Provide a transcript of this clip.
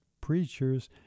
preachers